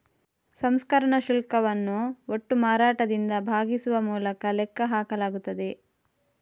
ಸಂಸ್ಕರಣಾ ಶುಲ್ಕವನ್ನು ಒಟ್ಟು ಮಾರಾಟದಿಂದ ಭಾಗಿಸುವ ಮೂಲಕ ಲೆಕ್ಕ ಹಾಕಲಾಗುತ್ತದೆ